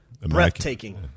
breathtaking